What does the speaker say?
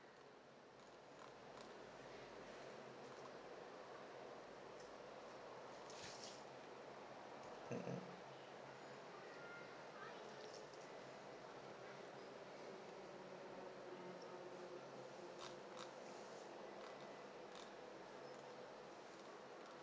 mmhmm